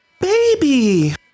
Baby